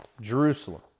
Jerusalem